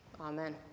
Amen